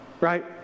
Right